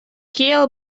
kiel